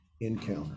encounter